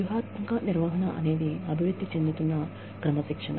వ్యూహాత్మక నిర్వహణ అనేది అభివృద్ధి చెందుతున్న క్రమశిక్షణ